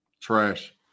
Trash